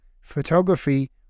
photography